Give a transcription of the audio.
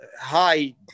high